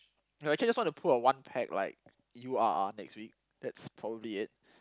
no actually I just want to pull a one pack like you are are next week that's probably it